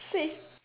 same